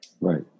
Right